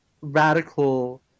radical